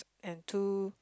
and two